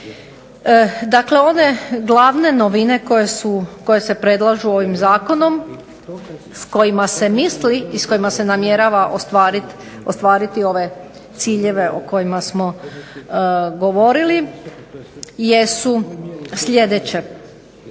Dakle, ove glavne novine koje se predlažu ovim Zakonom s kojima se misli i s kojima se namjerava ostvariti ove ciljeve o kojima smo govorili, jesu sljedeće.